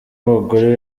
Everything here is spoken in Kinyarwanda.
abagore